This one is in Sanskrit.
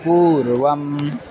पूर्वम्